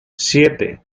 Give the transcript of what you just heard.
siete